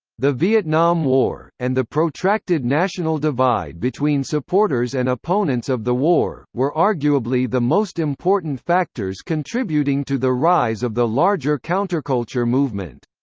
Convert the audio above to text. the vietnam war, and the protracted national divide between supporters and opponents of the war, were arguably the most important factors contributing to the rise of the larger counterculture movement.